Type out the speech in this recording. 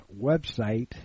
website